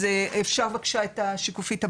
אפשר את השקופית הבאה?